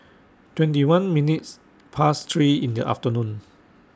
twenty one minutes Past three in The afternoon